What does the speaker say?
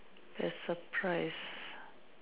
there's surprise